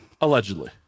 Allegedly